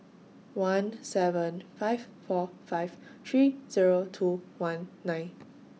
one seven five four five three Zero two one nine